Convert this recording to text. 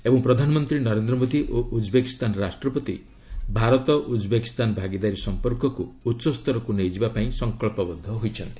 ଏବଂ ପ୍ରଧାନମନ୍ତ୍ରୀ ନରେନ୍ଦ୍ର ମୋଦି ଓ ଉକ୍ବେକିସ୍ତାନ ରାଷ୍ଟ୍ରପତି ଭାରତ ଉଜ୍ବେକିସ୍ତାନ ଭାଗିଦାରୀ ସମ୍ପର୍କକୁ ଉଚ୍ଚସ୍ତରକୁ ନେଇଯିବାକୁ ସଂକ୍ସବ୍ଧବଦ୍ଧ ହୋଇଛନ୍ତି